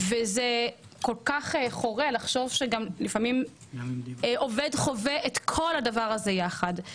כל כך חורה לחשוב שגם לפעמים עובד חווה את כל הדבר הזה יחד.